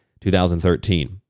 2013